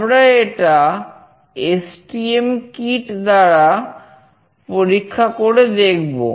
আমরা এটা STM kit এর দ্বারা পরীক্ষা করে দেখবো